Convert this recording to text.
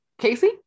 Casey